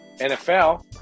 NFL